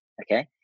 okay